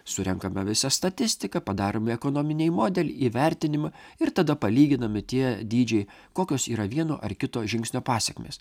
surenkame visą statistiką padaromi ekonominiai modeliai įvertinimai ir tada palyginami tie dydžiai kokios yra vieno ar kito žingsnio pasekmės